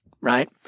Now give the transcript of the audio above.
right